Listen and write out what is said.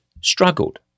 struggled